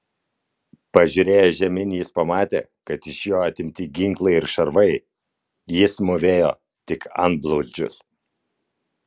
pažiūrėjęs žemyn jis pamatė kad iš jo atimti ginklai ir šarvai jis mūvėjo tik antblauzdžius